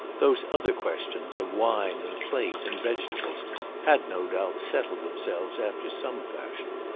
those other questions of wine and plate and vegetables had, no doubt, settled themselves after some fashion.